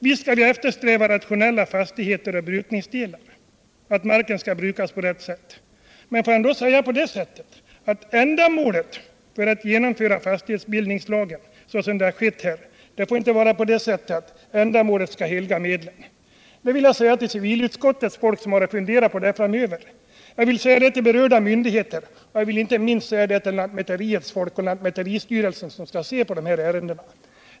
Vi skall naturligtvis eftersträva rationella fastigheter och brukningsdelar och att marken brukas på ett riktigt sätt. Men får jag då säga, att det inte får vara på det sättet att ändamålet — att genomföra fastighetsregleringar — skall få helga medlen, så som det har skett här. Detta vill jag säga till civilutskottets folk, som har att fundera på detta framöver, jag vill säga det till berörda myndigheter, och jag villinte minst säga det till lantmäteriets folk och till lantmäteristyrelsen, som skall se över dessa ärenden.